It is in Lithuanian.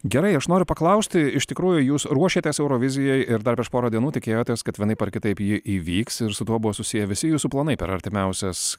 gerai aš noriu paklausti iš tikrųjų jūs ruošėtės eurovizijai ir dar prieš porą dienų tikėjotės kad vienaip ar kitaip ji įvyks ir su tuo buvo susiję visi jūsų planai per artimiausias